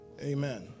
Amen